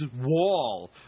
wall